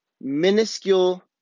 minuscule